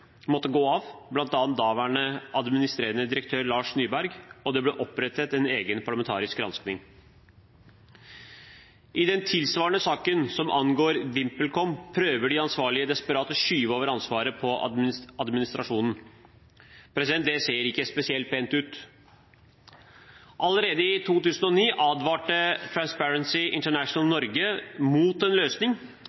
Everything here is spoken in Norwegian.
måtte gå av, bl.a. daværende administrerende direktør Lars Nyberg, og det ble opprettet en egen parlamentarisk granskning. I den tilsvarende saken som angår VimpelCom, prøver de ansvarlige desperat å skyve ansvaret over på administrasjonen. Det ser ikke spesielt pent ut. Allerede i 2009 advarte Transparency International Norge mot en løsning